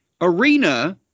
arena